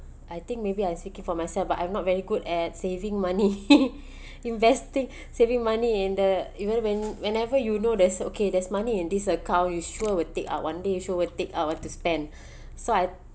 I think maybe I speaking for myself but I'm not very good at saving money investing saving money in the even when whenever you know there's okay there's money in this account you sure will take out one day you sure will take out want to spend so I